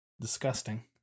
Disgusting